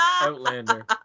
Outlander